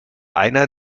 eine